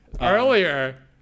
Earlier